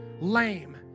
lame